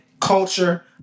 culture